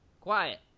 Quiet